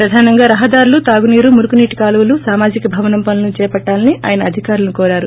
ప్రధానంగా రహదారులు తగునీరు మురుగునీటి కాలువలు సామాజిక భావనం పనులను చేపట్టాలని ఆయన అధికారులను కోరారు